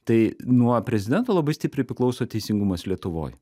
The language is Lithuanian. tai nuo prezidento labai stipriai priklauso teisingumas lietuvoj